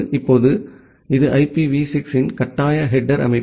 இப்போது இது IPv6 இன் கட்டாய ஹெடேர் அமைப்பு